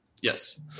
Yes